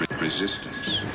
Resistance